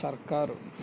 సర్కారు